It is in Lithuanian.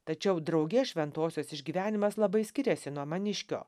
tačiau drauge šventosios išgyvenimas labai skiriasi nuo maniškio